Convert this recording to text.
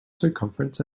circumference